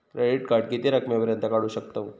Credit card किती रकमेपर्यंत काढू शकतव?